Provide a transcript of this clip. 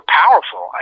powerful